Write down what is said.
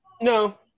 No